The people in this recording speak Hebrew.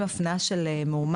כשאנחנו מקבלים הפנייה של מועמד,